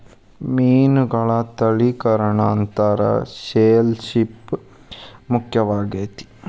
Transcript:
ಮೇನುಗಳ ತಳಿಕರಣಾ ಅಂತಾರ ಶೆಲ್ ಪಿಶ್ ಮುಖ್ಯವಾಗೆತಿ